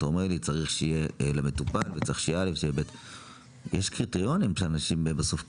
אתה אומר שצריך יהיה --- יש קריטריונים שאנשים בסוף קובעים.